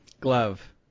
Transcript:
glove